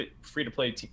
free-to-play